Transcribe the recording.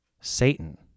Satan